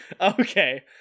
Okay